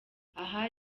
aha